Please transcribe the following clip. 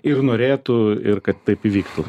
ir norėtų ir kad taip įvyktų